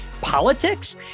politics